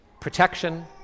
protection